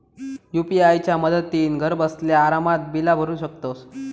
UPI च्या मदतीन घरबसल्या आरामात बिला भरू शकतंस